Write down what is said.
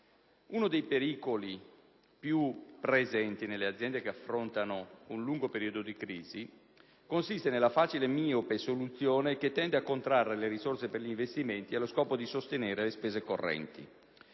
Uno dei pericoli più presenti nelle aziende che affrontano un lungo periodo di crisi consiste nella facile e miope soluzione che tende a contrarre le risorse per gli investimenti allo scopo di sostenere le spese correnti.